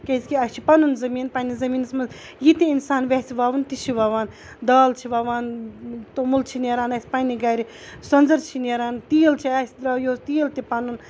کیٛازِکہِ اَسہِ چھِ پَنُن زٔمیٖن پنٛنِس زٔمیٖنَس منٛز یہِ تہِ اِنسان ویٚژھِ وَوُن تہِ چھِ وَوان دال چھِ وَوان توٚمُل چھِ نیران اَسہِ پنٛنہِ گَرِ سوٚنٛزَر چھِ نیران تیٖل چھِ اَسہِ درٛاو یُہُس تیٖل تہِ پَنُن